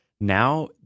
Now